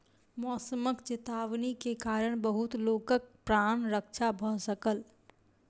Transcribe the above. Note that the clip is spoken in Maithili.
मौसमक चेतावनी के कारण बहुत लोकक प्राण रक्षा भ सकल